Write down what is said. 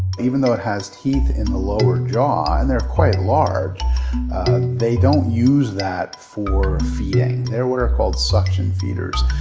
even though it has teeth in the lower jaw and they're quite large they don't use that for feeding. they're what's called suction feeders.